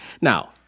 Now